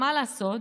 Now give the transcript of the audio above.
מה לעשות,